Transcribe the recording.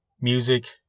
music